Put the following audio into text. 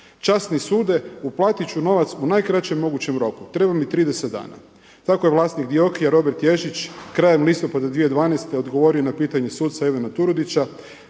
časni sude uplatit ću novac u najkraćem mogućem roku, treba mi 30 dana. Tako je vlasnik DIOKI-a Robert Ježić krajem listopada 2012. odgovorio na pitanje suca Ivana Turudića